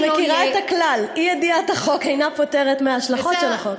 את מכירה את הכלל: אי-ידיעת החוק אינה פוטרת מההשלכות של החוק.